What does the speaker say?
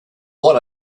what